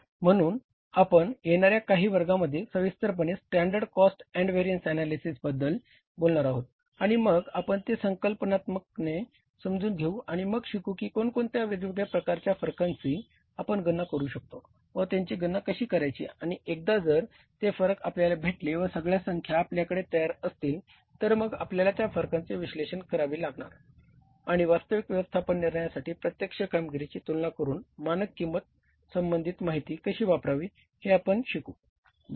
म्हणून आपण येणाऱ्या काही वर्गामध्ये सविस्तरपणे स्टॅंडर्ड कॉस्ट अँड व्हेरिअन्स ऍनालिसिसबद्दल संबंधित माहिती कशी वापरावी हे पण आपण शिकू बरोबर